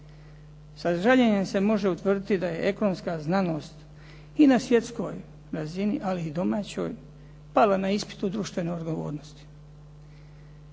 Sa žaljenjem se može utvrditi da je ekonomska znanost i na svjetskoj razini ali i domaćoj pala na ispitu društvene odgovornosti.